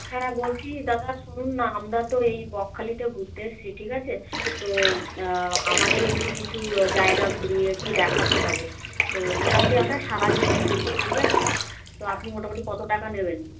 হ্যাঁ বলছি দাদা শুনুন না আমরা তো এই বকখালিতে ঘুরতে এসছি ঠিক আছে তো আমাদের একটু কিছু জায়গা ঘুরিয়ে একটু দেখাতে হবে তো মোটামুটি আমরা সারা দিন ঘুরবো ঠিক আছে তো আপনি মোটামুটি কতো টাকা নেবেন